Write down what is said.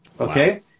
Okay